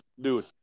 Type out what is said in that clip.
dude